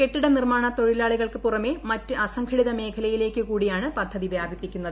കെട്ടിട് നിര്മാണ തൊഴിലാളികൾക്ക് പുറമേ മറ്റ് അസംഘടിത മേഖലയിലേക്ക് കൂടിയാണ് പദ്ധതി വ്യാപിപ്പിക്കുന്നത്